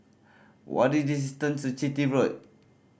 what distance Chitty Road